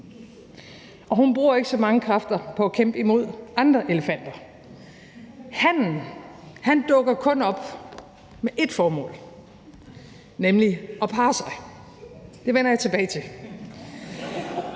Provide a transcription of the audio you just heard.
og hun bruger jo ikke så mange kræfter på at kæmpe imod andre elefanter. Hannen dukker kun op med ét formål, nemlig at parre sig. Det vender jeg tilbage til.